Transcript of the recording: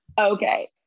Okay